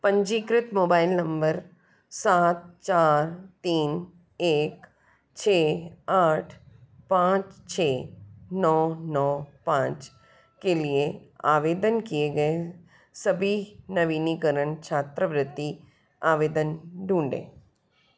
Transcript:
पंजीकृत mobile number सात चार तीन एक छः आठ पाँच छः नौ नौ पाँच के लिए आवेदन किए गए सभी नवीनीकरण छात्रवृत्ति आवेदन ढूँढें